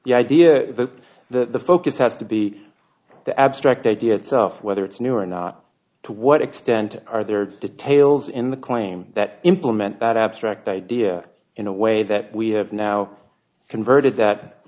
the idea that the focus has to be the abstract idea itself whether it's new or not to what extent are there details in the claim that implement that abstract idea in a way that we have now converted that